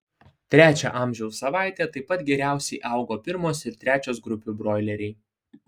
trečią amžiaus savaitę taip pat geriausiai augo pirmos ir trečios grupių broileriai